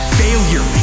failure